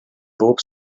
bob